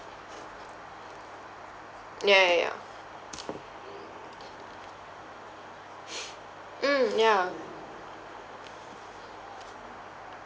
ya ya ya mm ya